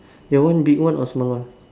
your one big one or small one